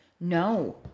No